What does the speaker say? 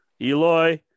Eloy